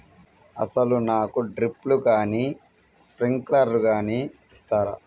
అసలు నాకు డ్రిప్లు కానీ స్ప్రింక్లర్ కానీ ఇస్తారా?